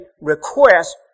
request